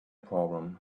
problem